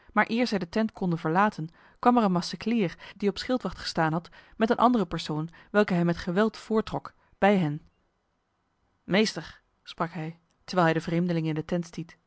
maar eer zij de tent konden verlaten kwam er een maceclier die op schildwacht gestaan had met een andere persoon welke hij met geweld voorttrok bij hen meester sprak hij terwijl hij de vreemdeling in de tent stiet